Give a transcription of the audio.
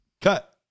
Cut